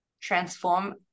transform